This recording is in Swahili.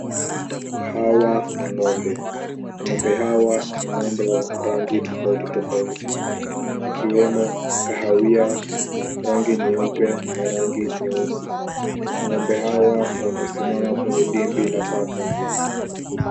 Hawa ni ng'ombe. Ng'ombe hawa ni ng'ombe wa rangi tofauti tofauti ikiwemo kahawia, rangi nyeupe na rangi nyeusi. Ng'ombe hawa wamesimama kwenye dimbi la taka.